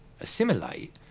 assimilate